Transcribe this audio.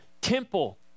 temple